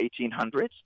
1800s